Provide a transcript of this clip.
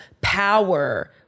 power